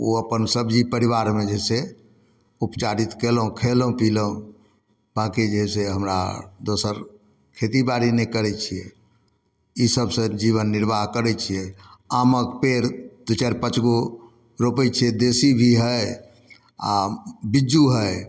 ओ अपन सब्जी परिवारमे जे छै उपचारित कयलहुँ खेलहुँ पीलहुँ ताकि जे छै हमरा दोसर खेती बाड़ी नहि करै छियै ईसब सँ जीवन निर्वाह करै छियै आमक पेड़ दू चारि पाँच गो रोपय छियै देशी भी हइ आओर बिज्जू हइ